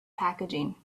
packaging